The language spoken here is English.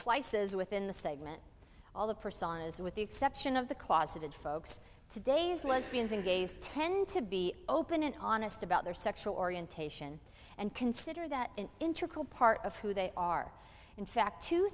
slices within the segment all the personas with the exception of the closeted folks today's lesbians and gays tend to be open and honest about their sexual orientation and consider that an integral part of who they are in fact two